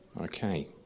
Okay